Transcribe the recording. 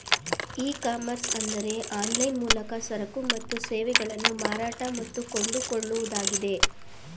E commerce ಅಂದರೆ online ಮೂಲಕ ಸರಕು ಮತ್ತು ಸೇವೆಗಳನ್ನು ಮಾರಾಟ ಮತ್ತು ಕೊಂಡುಕೊಳ್ಳುವುದಾಗಿದೆ